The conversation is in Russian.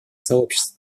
сообщества